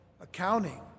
accounting